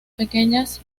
pequeñas